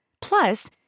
Plus